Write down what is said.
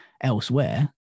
elsewhere